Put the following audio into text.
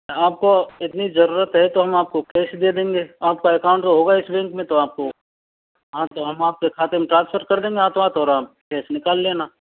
आपको इतनी जरूरत है तो हम आपको कैश दे देंगे आपका अकाउंट होगा इस बैंक में तो आपको हाँ तो हम आपके खाते में ट्रांसफर कर देंगे हाथों हाथ और आप पैसे निकाल लेना